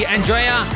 Andrea